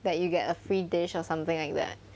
that you get a free dish or something like that